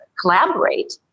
collaborate